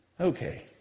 Okay